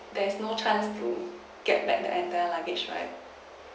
there's no chance to get back the entire luggage right